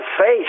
face